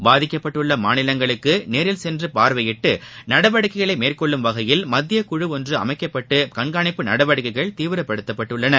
பாதிக்கப்பட்டுள்ள மாநிலங்களுக்கு நேரில் சென்று பார்வையிட்டு நடவடிக்கைகளை மேற்கொள்ளும் வகையில் மத்திய குழு அமைக்கப்பட்டு கண்காணிப்பு நடவடிக்கைகள் தீவிரப்படுத்தப்பட்டுள்ளன